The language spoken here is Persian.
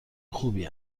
خوبی